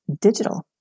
digital